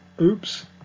oops